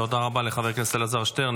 תודה רבה לחבר הכנסת אלעזר שטרן.